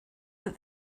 that